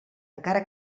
encara